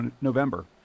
November